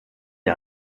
der